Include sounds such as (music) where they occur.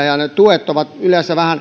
(unintelligible) ja ne tuet ovat yleensä